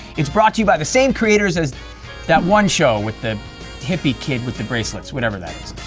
it's brought to you by the same creators as that one show with the hippie kid with the bracelets, whatever that is.